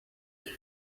you